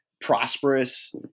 prosperous